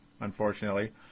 unfortunately